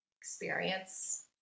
experience